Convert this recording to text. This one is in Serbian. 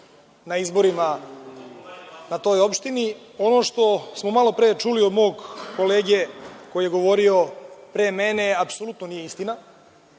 na izborima na toj opštini. Ono što smo malopre čuli od mog kolege koji je govorio pre mene apsolutno nije istina.